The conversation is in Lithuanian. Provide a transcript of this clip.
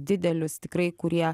didelius tikrai kurie